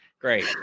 Great